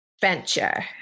venture